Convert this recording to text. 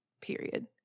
period